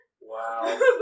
Wow